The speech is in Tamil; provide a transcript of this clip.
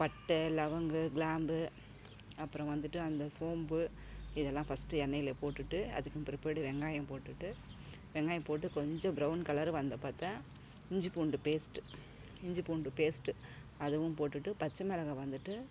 பட்டை லவங்கம் கிராம்பு அப்புறம் வந்துட்டு அந்த சோம்பு இதெல்லாம் ஃபஸ்ட்டு எண்ணெயில் போட்டுவிட்டு அதுக்கும் பிற்பாடு வெங்காயம் போட்டுவிட்டு வெங்காயம் போட்டு கொஞ்சம் ப்ரவுன் கலர் வந்த பார்த்தா இஞ்சி பூண்டு பேஸ்ட்டு இஞ்சி பூண்டு பேஸ்ட்டு அதுவும் போட்டுவிட்டு பச்சை மிளகா வந்துட்டு